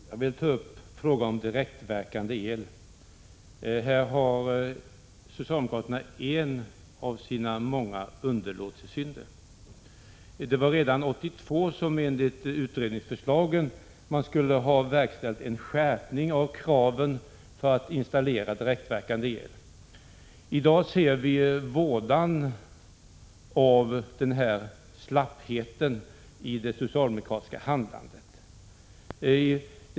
Herr talman! Jag vill ta upp frågan om direktverkande el. Här har socialdemokraterna en av sina underlåtenhetssynder. Det var redan 1982 som man enligt utredningsförslagen skulle ha verkställt en skärpning av kraven för att få installera direktverkande el. I dag ser vi vådan av denna slapphet i det socialdemokratiska handlandet.